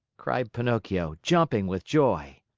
cried pinocchio, jumping with joy.